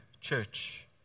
church